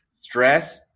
stress